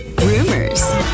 rumors